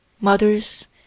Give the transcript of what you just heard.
mothers